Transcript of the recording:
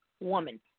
woman